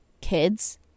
kids